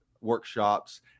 workshops